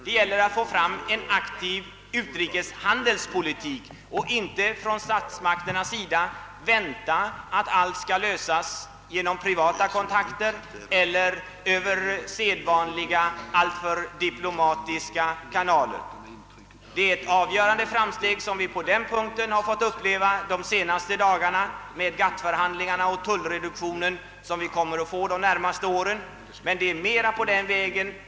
Statsmakterna måste föra en aktiv utrikeshandelspolitik och inte vänta att allt skall lösas genom privata kontakter eller via sedvanliga, alltför diplomatiska kanaler. Det är ett avgörande framsteg som vi på den punkten har fått uppleva de senaste dagarna med GATT förhandlingarna och tullreduktionen under de närmaste åren.